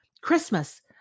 Christmas